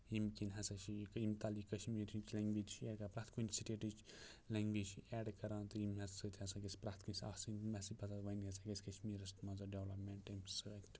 ییٚمہِ کِنۍ ہَسا چھُ یہِ ییٚمہِ تَل یہِ کَشمیٖرٕچ لینٛگریج چھِ یہِ ہیکَان پرٛیتھ کُنہِ سٹیٹٕچ لینٛگویج چھِ یہِ اٮ۪ڈ کَران تہٕ ییٚمہِ سۭتۍ ہَسا گَژھِ پرٛیتھ کٲنٛسہِ آسٕنۍ مےٚ ہَسا چھِ پَتہ وۄنۍ ہَسا گَژھِ کَشمیٖرس منٛز ڈیولاپمینٹ تمہِ سۭتۍ